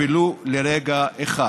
ולו לרגע אחד,